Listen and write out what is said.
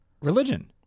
religion